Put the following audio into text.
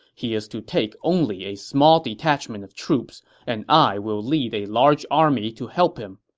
he is to take only a small detachment of troops and i will lead a large army to help him.